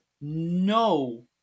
no